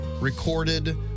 recorded